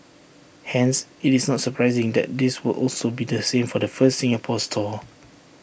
hence IT is not surprising that this will also be the same for the first Singapore store